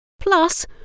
Plus